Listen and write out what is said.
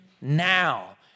now